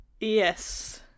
Yes